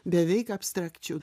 beveik abstrakčiu